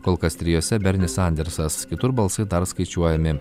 kol kas trijose bernis sandersas kitur balsai dar skaičiuojami